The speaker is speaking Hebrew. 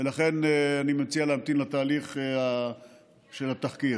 ולכן אני מציע להמתין לתהליך של התחקיר.